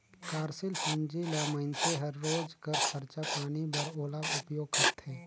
कारसील पूंजी ल मइनसे हर रोज कर खरचा पानी बर ओला उपयोग करथे